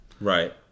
Right